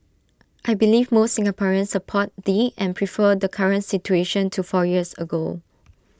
I believe most Singaporeans support the and prefer the current situation to four years ago